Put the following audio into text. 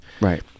Right